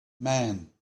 man